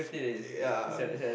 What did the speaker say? ya